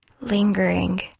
lingering